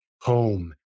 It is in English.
home